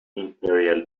imperial